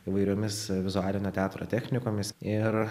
įvairiomis vizualinio teatro technikomis ir